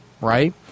right